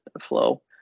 flow